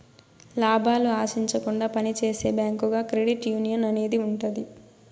లాభాలు ఆశించకుండా పని చేసే బ్యాంకుగా క్రెడిట్ యునియన్ అనేది ఉంటది